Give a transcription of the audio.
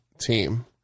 team